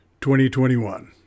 2021